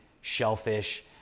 shellfish